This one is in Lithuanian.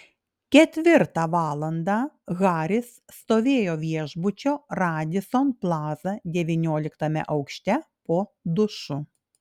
ketvirtą valandą haris stovėjo viešbučio radisson plaza devynioliktame aukšte po dušu